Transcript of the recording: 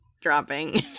dropping